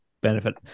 benefit